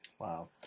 wow